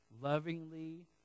lovingly